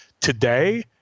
today